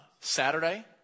Saturday